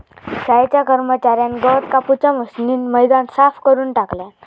शाळेच्या कर्मच्यार्यान गवत कापूच्या मशीनीन मैदान साफ करून टाकल्यान